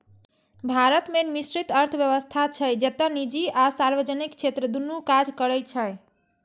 भारत मे मिश्रित अर्थव्यवस्था छै, जतय निजी आ सार्वजनिक क्षेत्र दुनू काज करै छै